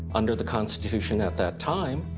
under the constitution at that time,